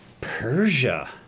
Persia